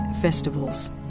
festivals